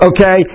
Okay